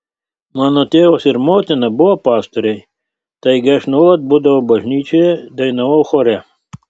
mano tėvas ir motina buvo pastoriai taigi aš nuolat būdavau bažnyčioje dainavau chore